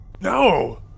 No